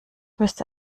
müsste